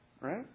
right